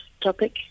topic